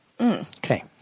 Okay